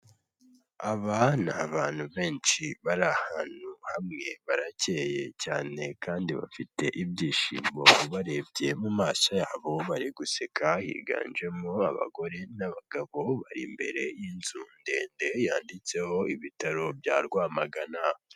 Aba ni abantu benshi bari ahantu hamwe, baracye cyane kandi bafite ibyishimo ubarebye mu maso yabo bari guseka higanjemo abagore n'abagabo bari imbere y'inzu ndende yanditseho ibitaro bya rwamagana.